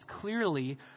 clearly